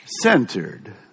centered